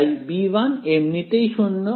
তাই B1 এমনিতেই 0